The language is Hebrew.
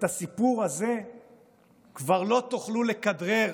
את הסיפור הזה כבר לא תוכלו לכדרר